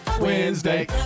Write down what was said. Wednesday